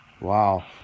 Wow